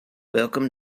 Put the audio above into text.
welcome